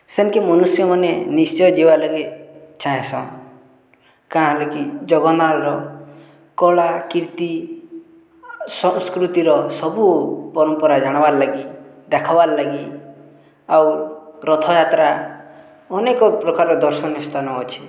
ସେନ୍କେ ମନୁଷ୍ୟମାନେ ନିଶ୍ଚୟ ଯିବାର୍ଲାଗି ଚାହେଁସନ୍ କାଁ ହେଲେକି ଜଗନ୍ନାଥ୍ର କଳା କୀର୍ତ୍ତି ସଂସ୍କୃତିର ସବୁ ପରମ୍ପରା ଜାଣ୍ବାର୍ଲାଗି ଦେଖ୍ବାର୍ଲାଗି ଆଉ ରଥଯାତ୍ରା ଅନେକ ପ୍ରକାର ଦର୍ଶନୀୟ ସ୍ଥାନ ଅଛି